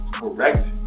correct